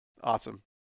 Awesome